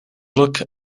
look